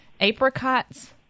apricots